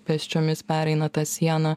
pėsčiomis pereina tą sieną